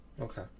okay